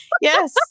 Yes